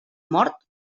mort